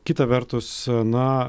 kita vertus na